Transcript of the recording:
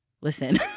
listen